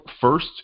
first